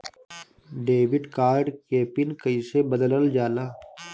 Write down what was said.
Debit card के PIN कईसे बदलल जाला?